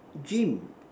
dream